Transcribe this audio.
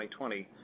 2020